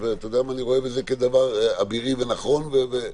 ואני רואה בזה דבר אבירי ונכון.